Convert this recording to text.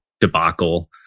debacle